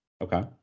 okay